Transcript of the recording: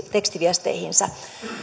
tekstiviesteihinsä